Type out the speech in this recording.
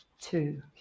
two